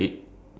uh